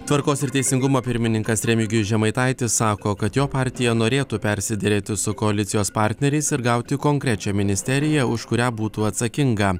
tvarkos ir teisingumo pirmininkas remigijus žemaitaitis sako kad jo partija norėtų persiderėti su koalicijos partneriais ir gauti konkrečią ministeriją už kurią būtų atsakinga